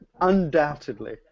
Undoubtedly